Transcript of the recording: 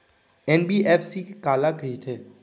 NBFC काला कहिथे?